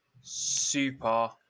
Super